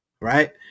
right